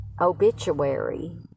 obituary